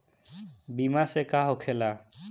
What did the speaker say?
बीमा से का होखेला?